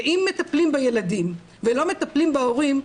ואם מטפלים בילדים ולא מטפלים בהורים,